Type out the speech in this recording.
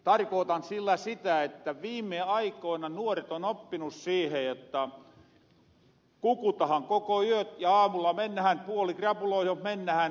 tarkootan sillä sitä että viime aikoina nuoret on oppinu siihen jotta kukutahan koko yö ja aamulla mennähän puolikrapulassa töihin